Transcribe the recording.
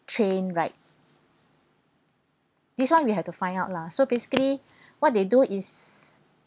train right this [one] we have to find out lah so basically what they do is